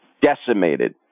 decimated